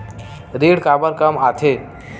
ऋण काबर कम आथे?